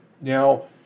Now